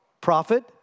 prophet